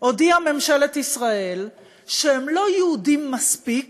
הודיעה ממשלת ישראל שהם לא יהודים מספיק